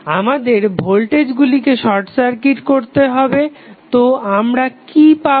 আমাদের ভোল্টেজগুলিকে short circuit করতে হবে তো আমরা কি পাবো